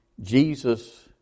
Jesus